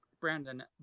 Brandon